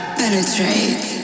penetrate